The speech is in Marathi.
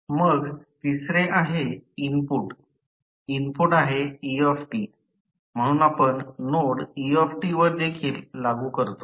मग तिसरे आहे इनपुट इनपुट आहे e म्हणून आपण नोड e वर देखील लागू करतो